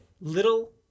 Little